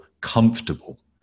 comfortable